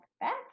back